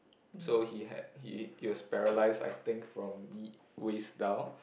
so he had he he was paralyzed I think from the waist down